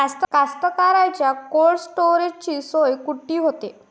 कास्तकाराइच्या कोल्ड स्टोरेजची सोय कुटी होते?